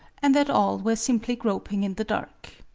and that all were simply groping in the dark.